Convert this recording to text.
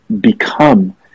become